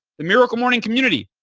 the miracle morning community,